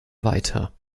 weiter